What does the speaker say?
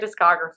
discography